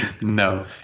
No